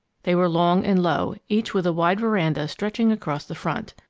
they were long and low, each with a wide veranda stretching across the front.